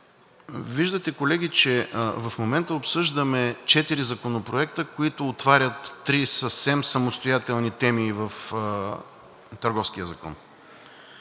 Виждате, колеги, че в момента обсъждаме четири законопроекта, които отварят три съвсем самостоятелни теми в